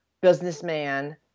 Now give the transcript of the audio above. businessman